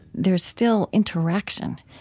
there is still interaction.